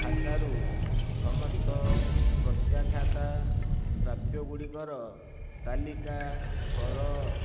ଖାତାରୁ ସମସ୍ତ ପ୍ରତ୍ୟାଖାତା ପ୍ରାପ୍ୟଗୁଡ଼ିକର ତାଲିକା କର